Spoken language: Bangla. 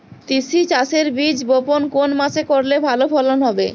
তিসি চাষের বীজ বপন কোন মাসে করলে ভালো ফলন হবে?